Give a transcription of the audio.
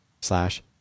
slash